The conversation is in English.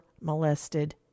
molested